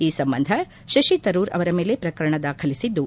ಈ ಪ್ರಕರಣ ಸಂಬಂಧ ಶಶಿತರೂರ್ ಅವರ ಮೇಲೆ ಪ್ರಕರಣ ದಾಖಲಿಸಿದ್ದು